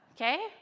okay